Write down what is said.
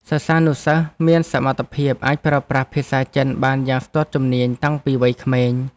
សិស្សានុសិស្សមានសមត្ថភាពអាចប្រើប្រាស់ភាសាចិនបានយ៉ាងស្ទាត់ជំនាញតាំងពីវ័យក្មេង។